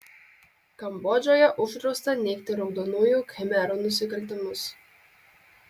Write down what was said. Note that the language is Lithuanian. kambodžoje uždrausta neigti raudonųjų khmerų nusikaltimus